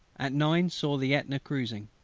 at nine saw the aetna cruising.